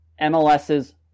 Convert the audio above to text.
MLS's